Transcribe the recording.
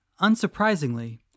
Unsurprisingly